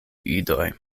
idoj